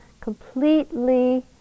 completely